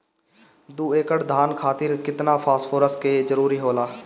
दु एकड़ धान खातिर केतना फास्फोरस के जरूरी होला?